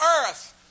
earth